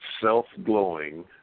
self-glowing